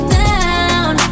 down